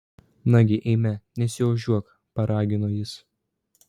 nagi eime nesiožiuok paragino jis